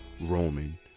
Roman